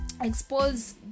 expose